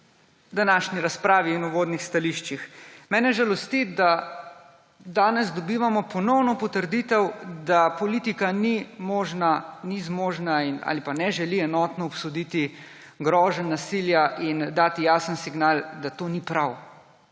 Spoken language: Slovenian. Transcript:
v današnji razpravi in uvodnih stališčih. Mene žalosti, da danes dobivamo ponovno potrditev, da politika ni zmožna ali pa ne želi enotno obsoditi groženj nasilja in dati jasnega signala, da to ni prav.